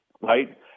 right